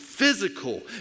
physical